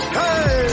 hey